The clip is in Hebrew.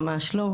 ממש לא.